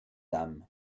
damm